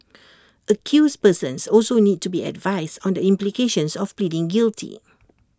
accused persons also need to be advised on the implications of pleading guilty